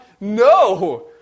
no